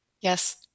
Yes